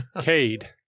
Cade